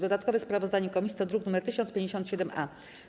Dodatkowe sprawozdanie komisji to druk nr 1057-A.